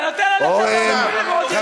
אתה נותן, אורן, מספיק.